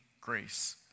grace